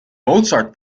mozart